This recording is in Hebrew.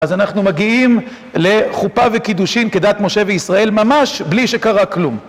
אז אנחנו מגיעים לחופה וקידושין כדת משה וישראל ממש בלי שקרה כלום.